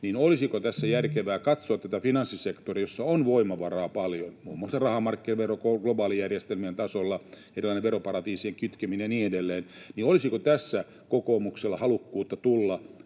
olisi tässä järkevää katsoa, finanssisektoria, jossa on voimavaraa paljon, muun muassa rahamarkkinoiden globaalijärjestelmien tasolla erilainen veroparatiisien kitkeminen ja niin edelleen. Olisiko tässä kokoomuksella halukkuutta tulla